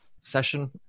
session